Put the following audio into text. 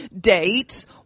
dates